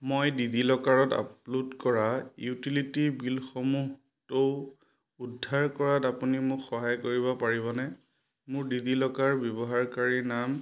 মই ডিজিলকাৰত আপলোড কৰা ইউটিলিটি বিলসমূহটো উদ্ধাৰ কৰাত আপুনি মোক সহায় কৰিব পাৰিবনে মোৰ ডিজিলকাৰ ব্যৱহাৰকাৰী নাম